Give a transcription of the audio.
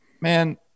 man